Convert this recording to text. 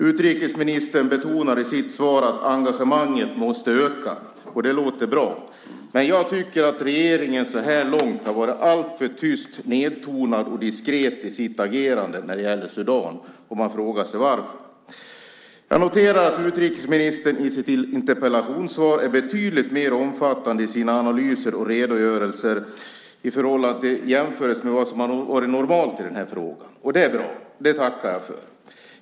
Utrikesministern betonar i sitt svar att engagemanget måste öka, och det låter bra. Men jag tycker att regeringen så här långt har varit alltför tyst, nedtonad och diskret i sitt agerande när det gäller Sudan, och man frågar sig varför. Jag noterar att utrikesministern i sitt interpellationssvar är betydligt mer omfattande i sina analyser och redogörelser jämfört med vad som har varit normalt i den här frågan. Det är bra - det tackar jag för.